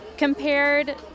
Compared